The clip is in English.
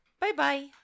Bye-bye